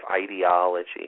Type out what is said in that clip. ideology